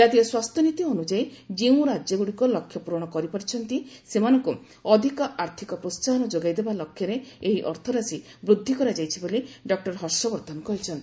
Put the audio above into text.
ଜାତୀୟ ସ୍ୱାସ୍ଥ୍ୟନୀତି ଅନୁଯାୟୀ ଯେଉଁ ରାଜ୍ୟଗୁଡ଼ିକ ଲକ୍ଷ୍ୟ ପୂରଣ କରିପାରିଛନ୍ତି ସେମାନଙ୍କୁ ଅଧିକ ଆର୍ଥିକ ପ୍ରୋହାହନ ଯୋଗାଇ ଦେବା ଲକ୍ଷ୍ୟରେ ଏହି ଅର୍ଥରାଶି ବୃଦ୍ଧି କରାଯାଇଛି ବୋଲି ଡକୁର ହର୍ଷବର୍ଦ୍ଧନ କହିଛନ୍ତି